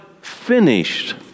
finished